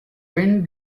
wind